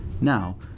now